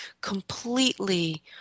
completely